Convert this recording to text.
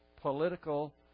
political